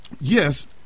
yes